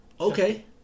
Okay